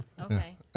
Okay